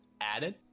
added